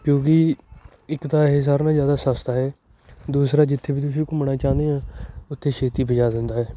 ਕਿਉਂਕਿ ਇੱਕ ਤਾਂ ਇਹ ਸਾਰਿਆਂ ਨਾਲੋਂ ਜ਼ਿਆਦਾ ਸਸਤਾ ਏ ਦੂਸਰਾ ਜਿੱਥੇ ਵੀ ਤੁਸੀਂ ਘੁੰਮਣਾ ਚਾਹੁੰਦੇ ਹਾਂ ਉੱਥੇ ਛੇਤੀ ਪਹੁੰਚਾ ਦਿੰਦਾ